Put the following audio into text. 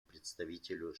представителю